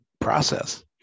process